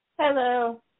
Hello